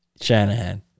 shanahan